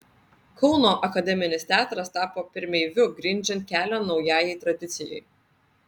kauno akademinis teatras tapo pirmeiviu grindžiant kelią naujajai tradicijai